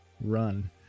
run